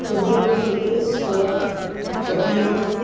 उद्योगक्षेत्रे स्व स्वकीयं